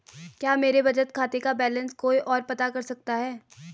क्या मेरे बचत खाते का बैलेंस कोई ओर पता कर सकता है?